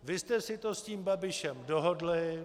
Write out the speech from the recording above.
Vy jste si to s tím Babišem dohodli.